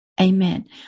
amen